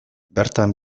bertan